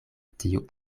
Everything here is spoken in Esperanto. tiu